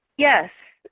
yes.